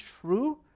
true